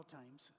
times